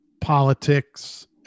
politics